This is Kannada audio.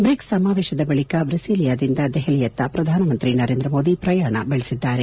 ಬ್ರಿಕ್ಸ್ ಸಮಾವೇಶದ ಬಳಕ ಬ್ರಿಸಿಲಿಯಾದಿಂದ ದೆಹಲಿಯತ್ತ ಪ್ರಧಾನಮಂತ್ರಿ ನರೇಂದ್ರ ಮೋದಿ ಪ್ರಯಾಣ ಬೆಳೆಸಿದ್ದಾರೆ